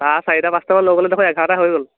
তাৰ চাৰিটা পাঁচটামান লৈ গ'লে দেখোন এঘাৰটা হৈয়ে গ'ল